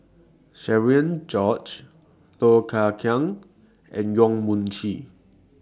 Cherian George Low Thia Khiang and Yong Mun Chee